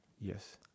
Yes